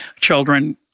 children